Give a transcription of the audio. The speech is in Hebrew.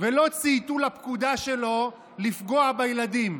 ולא צייתו לפקודה שלו לפגוע בילדים.